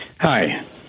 Hi